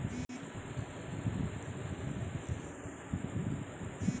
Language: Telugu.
ఖరీఫ్ సీజన్లో వేరు శెనగ పంట వేయచ్చా?